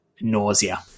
nausea